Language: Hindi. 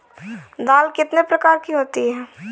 दाल कितने प्रकार की होती है?